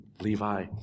Levi